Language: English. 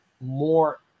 more